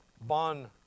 bond